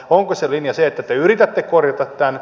onko se linja se että te yritätte korjata tämän